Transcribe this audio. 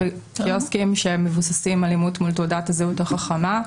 קיוסקים שהם מבוססים על אימות מול תעודת הזהות החכמה.